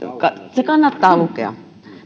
se kannattaa lukea